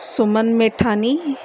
Suman Methani